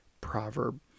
proverb